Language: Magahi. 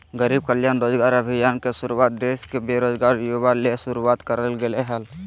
गरीब कल्याण रोजगार अभियान के शुरुआत देश के बेरोजगार युवा ले शुरुआत करल गेलय हल